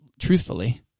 truthfully